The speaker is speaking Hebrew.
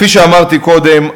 כפי שאמרתי קודם,